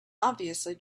obviously